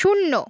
শূন্য